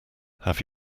have